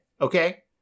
okay